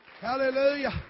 Hallelujah